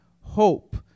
Hope